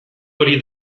hori